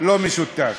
לא משותף.